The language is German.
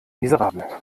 miserabel